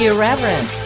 Irreverent